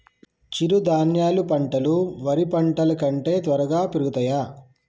చిరుధాన్యాలు పంటలు వరి పంటలు కంటే త్వరగా పెరుగుతయా?